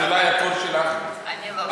אז אולי הקול שלך היה,